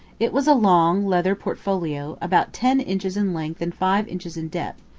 it was a long, leather portfolio, about ten inches in length and five inches in depth,